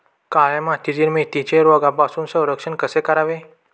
काळ्या मातीतील मेथीचे रोगापासून संरक्षण कसे करावे?